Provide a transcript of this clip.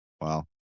wow